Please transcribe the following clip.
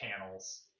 panels